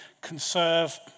conserve